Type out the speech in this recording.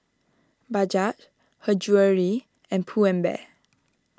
Bajaj Her Jewellery and Pull and Bear